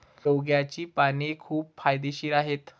शेवग्याची पाने खूप फायदेशीर आहेत